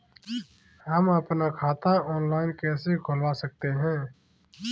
हम अपना खाता ऑनलाइन कैसे खुलवा सकते हैं?